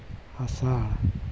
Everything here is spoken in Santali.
ᱟᱥᱟᱲ